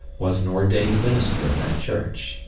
was an ordained minister of that church.